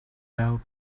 well